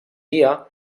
dia